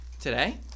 Today